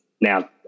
now